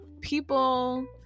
people